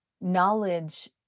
knowledge